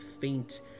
faint